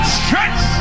stretch